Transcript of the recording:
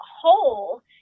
whole